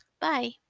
Bye